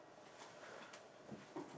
orh okay